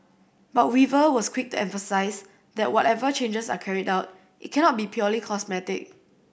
but Weaver was quick to emphasise that whatever changes are carried out it cannot be purely cosmetic